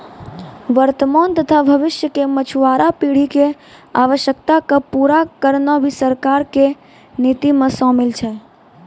वर्तमान तथा भविष्य के मछुआरा पीढ़ी के आवश्यकता क पूरा करना भी सरकार के नीति मॅ शामिल छै